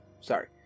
sorry